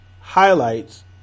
Highlights